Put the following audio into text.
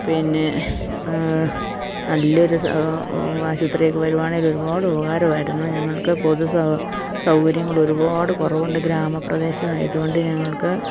പിന്നെ നല്ലൊരു ആശുപത്രിയൊക്കെ വരുവാണേൽ ഒരുപാട് ഉപകാരമായിരുന്നു ഞങ്ങൾക്ക് പൊതു സൗ സൗകര്യങ്ങളൊരുപാട് കുറവുണ്ട് ഗ്രാമപ്രദേശമായതുകൊണ്ട് ഞങ്ങൾക്ക്